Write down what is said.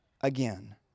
again